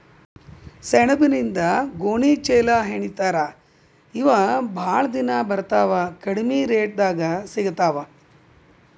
ಸೆಣಬಿನಿಂದ ಗೋಣಿ ಚೇಲಾಹೆಣಿತಾರ ಇವ ಬಾಳ ದಿನಾ ಬರತಾವ ಕಡಮಿ ರೇಟದಾಗ ಸಿಗತಾವ